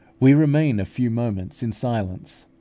we remain a few moments in silence,